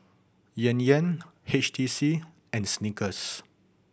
Yan Yan H T C and Snickers